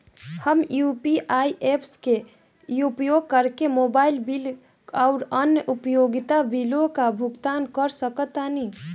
हम UPI apps के उपयोग करके मोबाइल बिल आउर अन्य उपयोगिता बिलों का भुगतान कर सकतानी